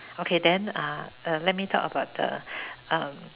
okay then uh let me talk about the um